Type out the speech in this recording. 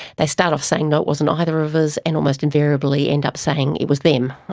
they start off saying, no, it wasn't either of us, and almost invariably end up saying it was them.